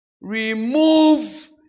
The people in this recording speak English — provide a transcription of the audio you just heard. remove